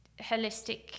holistic